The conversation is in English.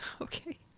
okay